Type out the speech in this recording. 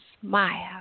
smile